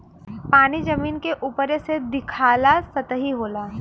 पानी जमीन के उपरे से दिखाला सतही होला